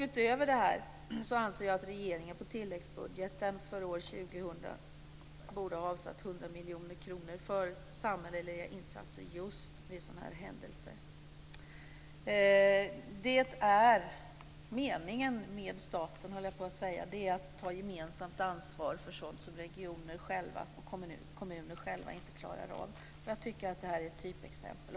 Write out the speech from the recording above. Utöver detta anser vi att regeringen i tilläggsbudgeten för år 2000 borde ha avsatt 100 miljoner kronor för samhälleliga insatser vid sådana händelser. Meningen med staten är att man ska ta gemensamt ansvar för sådant som regioner och kommuner själva inte klarar av. Jag tycker att detta är ett typexempel.